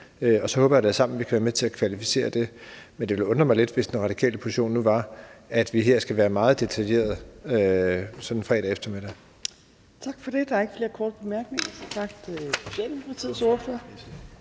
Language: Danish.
og så håber jeg da, at vi sammen kan være med til at kvalificere det. Men det ville undre mig lidt, hvis den radikale position nu var, at vi her skal være meget detaljerede sådan en fredag eftermiddag. Kl. 12:16 Fjerde næstformand (Trine Torp): Tak for det. Der er ikke flere korte bemærkninger. Tak til Socialdemokratiets ordfører.